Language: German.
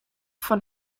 von